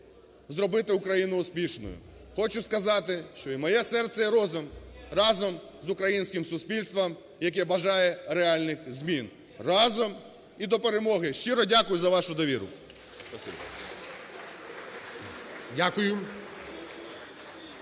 зробити Україну успішною. Хочу сказати, що і моє серце, і розум разом з українським суспільством, яке бажає реальних змін. Разом, і до перемоги! Щиро дякую за вашу довіру!